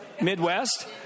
Midwest